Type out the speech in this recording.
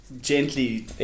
gently